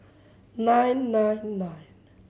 nine nine nine